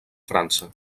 frança